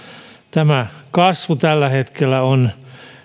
tämä kasvu tällä hetkellä on